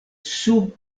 sub